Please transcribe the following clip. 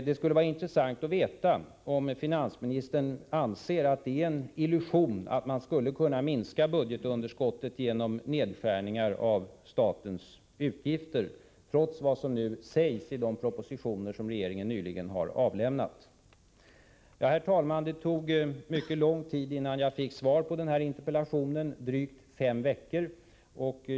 Det skulle vara intressant att veta om finansministern anser att det är en illusion att man skulle kunna minska budgetunderskottet genom nedskärningar av statens utgifter, trots vad som sägs i de propositioner som regeringen nyligen har avlämnat. Herr talman! Det tog mycket lång tid innan jag fick svar på den här interpellationen — drygt fem veckor.